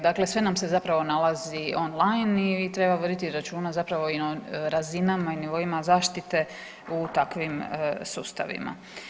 Dakle, sve nam se zapravo nalazi online i treba voditi računa zapravo i na razinama i nivoima zaštite u takvim sustavima.